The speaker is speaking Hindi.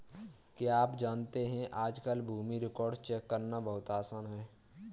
क्या आप जानते है आज कल भूमि रिकार्ड्स चेक करना बहुत आसान है?